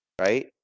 right